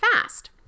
fast